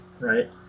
Right